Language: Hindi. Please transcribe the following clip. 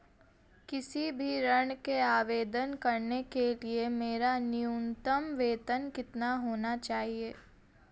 किसी भी ऋण के आवेदन करने के लिए मेरा न्यूनतम वेतन कितना होना चाहिए?